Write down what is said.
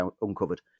uncovered